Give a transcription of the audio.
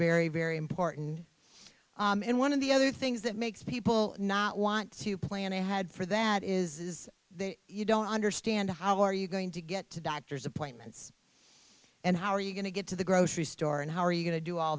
very very important and one of the other things that makes people not want to plan ahead for that is you don't understand how are you going to get to doctor's appointments and how are you going to get to the grocery store and how are you going to do all